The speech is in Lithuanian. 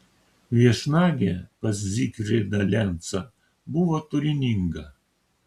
viešnagė pas zygfrydą lencą buvo turininga